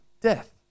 death